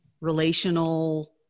relational